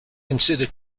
consider